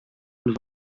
und